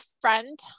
friend